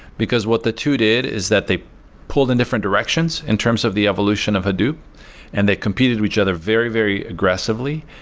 because what the two did is that they pulled in different directions in terms of the evolution of hadoop and they competed with each other very, very aggressively.